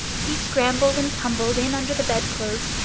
he scrambled and tumbled in under the bedclothes,